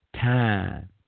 time